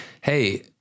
hey